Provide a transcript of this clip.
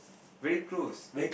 very close